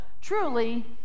truly